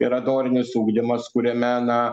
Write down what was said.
yra dorinis ugdymas kuriame na